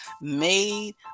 made